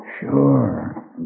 Sure